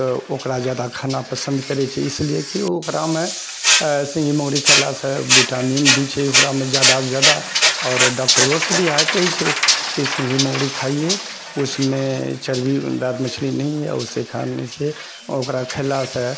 तऽ ओकरा जादा खाना पसन्द करैत छै इसलिए कि ओकरामे सिङ्गहि मुङ्गरी खेलासँ विटामिन भी छै ओकरामे जादासे जादा आओर डॉक्टरोसभ भी इएह कहैत छै कि सिङ्गहि मुङ्गरी खाइए उसमे चर्बीदार मछली नही है उसे खाने से ओकरा खेलासँ